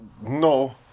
No